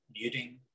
muting